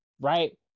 right